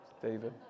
David